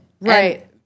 Right